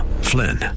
Flynn